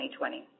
2020